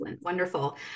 Wonderful